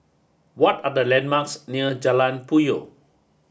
what are the landmarks near Jalan Puyoh